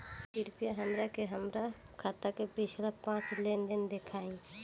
कृपया हमरा के हमार खाता के पिछला पांच लेनदेन देखाईं